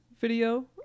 video